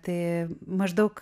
tai maždaug